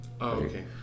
okay